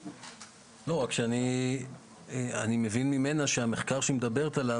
אני מבין ממנה שהמחקר שהיא מדברת עליו